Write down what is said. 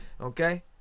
Okay